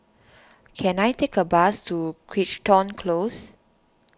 can I take a bus to Crichton Close